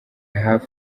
hafi